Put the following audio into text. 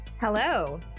Hello